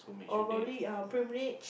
or probably um pilgrimage